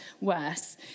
worse